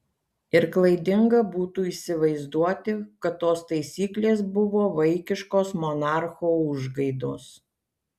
ir klaidinga būtų įsivaizduoti kad tos taisyklės buvo vaikiškos monarcho užgaidos